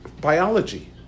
biology